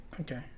Okay